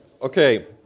Okay